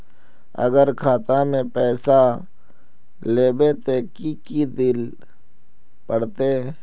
अगर खाता में पैसा लेबे ते की की देल पड़ते?